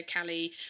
Callie